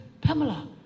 Pamela